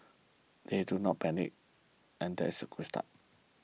they did not panic and that's a good start